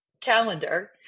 calendar